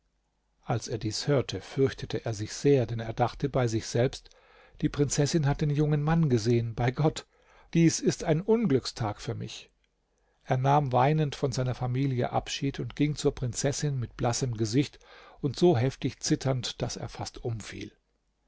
als er dies hörte fürchtete er sich sehr denn er dachte bei sich selbst die prinzessin hat den jungen mann gesehen bei gott dies ist ein unglückstag für mich er nahm weinend von seiner familie abschied und ging zur prinzessin mit blassem gesicht und so heftig zitternd daß er fast umfiel